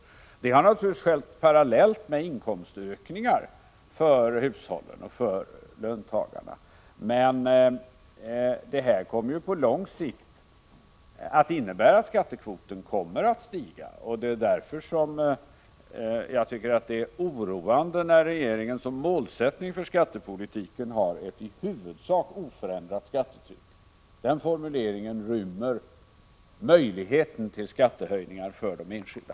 Detta har naturligtvis skett parallellt med inkomstökningar för hushållen och löntagarna, men det kommer på lång sikt att innebära att skattekvoten kommer att stiga. Det är därför jag tycker att det är oroande när regeringen som målsättning för skattepolitiken har ett i huvudsak oförändrat skattetryck. Den formuleringen rymmer möjligheten till skattehöjningar för de enskilda.